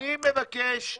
אני מבקש,